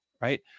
Right